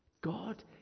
God